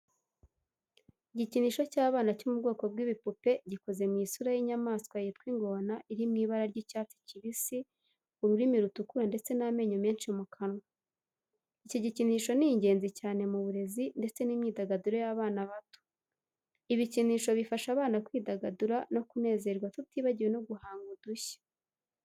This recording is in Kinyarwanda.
Igikinisho cy’abana cyo mu bwoko bw'ibipupe gikoze mu isura y'inyamaswa yitwa ingona iri mu ibara ry'icyatsi kibisi, ururimi rutukura ndetse n'amenyo menshi mu kanwa. Iki gikinisho ni ingenzi cyane mu burezi ndetse n’imyidagaduro y’abana bato. Ibikinisho bifasha abana kwidagadura no kunezerwa tutibagiwe no guhanga udushya.